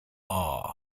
awe